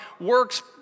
works